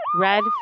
Red